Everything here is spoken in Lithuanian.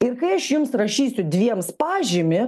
ir kai aš jums rašysiu dviems pažymį